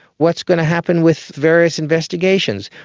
what's going to happen with various investigations?